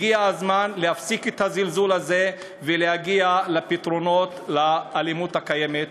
הגיע הזמן להפסיק את הזלזול הזה ולהגיע לפתרונות לאלימות הקיימת.